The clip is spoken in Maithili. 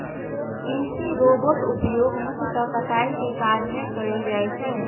कृषि रोबोटक उपयोग मुख्यतः कटाइ के काज मे कैल जाइ छै